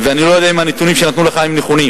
ואני לא יודע אם הנתונים שנתנו לך הם נכונים.